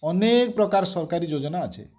ଅନେକ୍ ପ୍ରକାର ସରକାରୀ ଯୋଜନା ଅଛେ